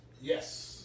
Yes